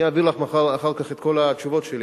אני אעביר לך אחר כך את כל התשובות שלי,